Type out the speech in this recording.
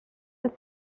ser